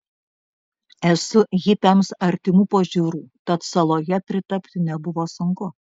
esu hipiams artimų pažiūrų tad saloje pritapti nebuvo sunku